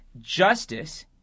justice